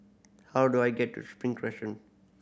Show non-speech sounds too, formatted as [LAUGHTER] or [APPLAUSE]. how do I get to Spring [UNINTELLIGIBLE]